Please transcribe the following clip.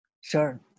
Sure